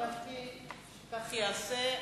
כך ייעשה.